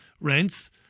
Rents